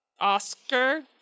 Oscar